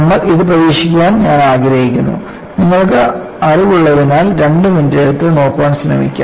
നമ്മൾ ഇത് പരീക്ഷിക്കാൻ ഞാൻ ആഗ്രഹിക്കുന്നു നിങ്ങൾക്ക് അറിവുള്ളതിനാൽ 2 മിനിറ്റ് എടുത്ത് നോക്കാൻ ശ്രമിക്കുക